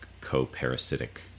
co-parasitic